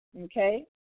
Okay